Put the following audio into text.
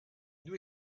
due